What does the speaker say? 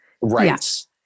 Right